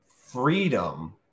freedom